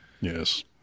Yes